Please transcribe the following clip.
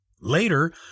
Later